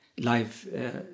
Life